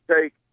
take